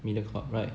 MediaCorp right